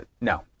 No